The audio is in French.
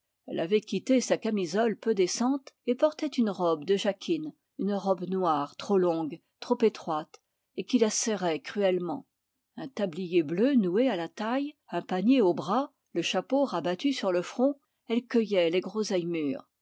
elle avait quitté sa camisole peu décente et portait une robe de jacquine une robe noire trop longue trop étroite et qui la serrait cruellement un tablier bleu noué à la taille un panier au bras le chapeau rabattu sur le front elle cueillait les groseilles mûres